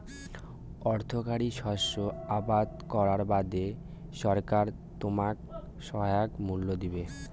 অর্থকরী শস্য আবাদ করার বাদে সরকার তোমাক সহায়ক মূল্য দিবে